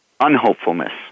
unhopefulness